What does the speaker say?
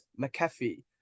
McAfee